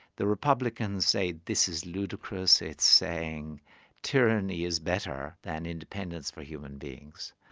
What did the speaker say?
the republicans say this is ludicrous, it's saying tyranny is better than independence for human beings.